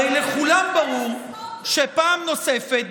הרי לכולם ברור שפעם נוספת,